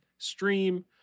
Stream